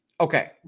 Okay